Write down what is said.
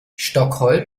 stockholm